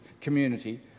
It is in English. community